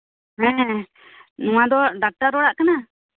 ᱦᱮᱸ ᱱᱚᱣᱟ ᱫᱚ ᱰᱟᱠᱛᱟᱨ ᱚᱲᱟᱜ ᱠᱟᱱᱟ